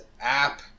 app